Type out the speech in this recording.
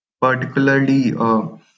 particularly